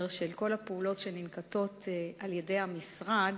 של כל הפעולות שננקטות על-ידי המשרד,